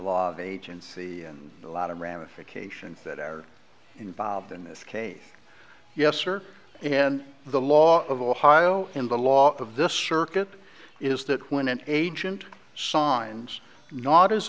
law of agency and a lot of ramifications that are involved in this case yes or and the law of ohio in the law of this circuit is that when an agent signs not as